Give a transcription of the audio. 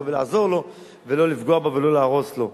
ולעזור לו ולא לפגוע בו ולא להרוס לו.